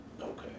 Okay